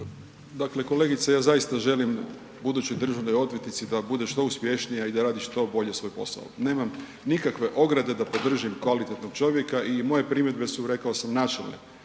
Dakle, kolegice ja zaista želim budućoj državnoj odvjetnici da bude što uspješnija i da radi što bolje svoj posao. Nemam nikakve ograde da podržim kvalitetnog čovjeka i moje primjedbe, rekao sam, načelne